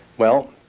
well,